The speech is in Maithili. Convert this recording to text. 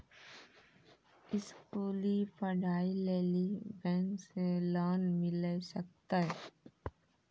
स्कूली पढ़ाई लेली बैंक से लोन मिले सकते?